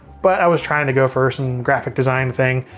but i was trying to go for some graphic design thing.